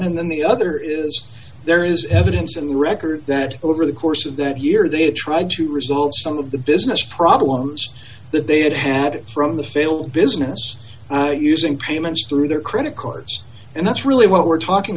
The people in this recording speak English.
and then the other is there is evidence in the record that over the course of that year they tried to result some of the business problems that they had had from the failed business using payments through their credit cards and that's really what we're talking